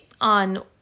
on